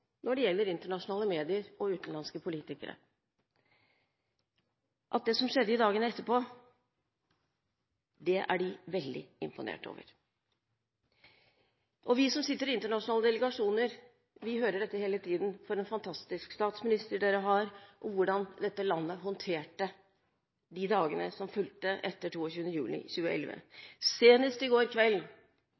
Når det gjelder internasjonale medier og utenlandske politikere, vil jeg legge til at det som skjedde i dagene etterpå, det er de veldig imponert over. Vi som sitter i internasjonale delegasjoner, vi hører hele tiden hvilken fantastisk statsminister vi har og hvor godt vi i dette landet håndterte dagene som fulgte etter 22. juli 2011. Senest i går kveld